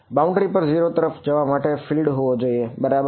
boundary જોઈએ છે બરાબર